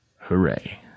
Hooray